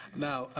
now,